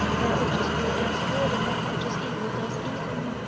that which is good does good, and that which is evil does evil.